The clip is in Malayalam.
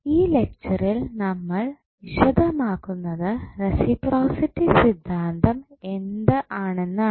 ഈ ലെക്ച്ചറിൽ നമ്മൾ വിശദമാക്കുന്നത് റസിപ്രോസിറ്റി സിദ്ധാന്തം എന്ത് ആണെന്നാണ്